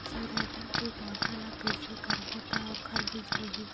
चिरैता के पौधा ल कइसे करबो त ओखर बीज होई?